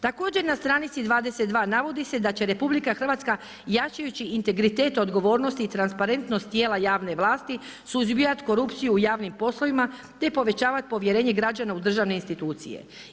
Također, na stranici 22, navodi se da će RH jačajući integritet odgovornosti i transparentnosti tijela javne vlasti suzbijati korupciju u javnim poslovima, te pojačavati povjerenje građana u državne institucije.